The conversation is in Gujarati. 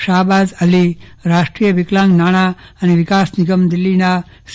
શાહબાઝઅલી રાષ્ટ્રીય વિકલાંગ નાણાં અને વિકાસ નિગમ દિલ્હીના સી